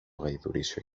γαϊδουρίσιο